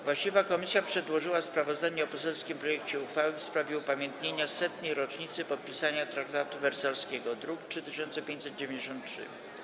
Właściwa komisja przedłożyła sprawozdanie o poselskim projekcie uchwały w sprawie upamiętnienia 100. rocznicy podpisania traktatu wersalskiego, druk nr 3593.